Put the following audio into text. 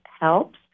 helps